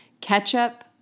Ketchup